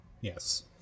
Yes